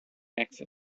exit